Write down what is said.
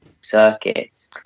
circuit